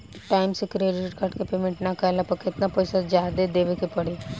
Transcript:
Time से credit card के payment ना कैला पर केतना पईसा जादे देवे के पड़ी?